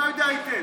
אתה יודע היטב,